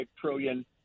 trillion